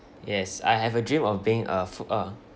yes I have a dream of being a f~ a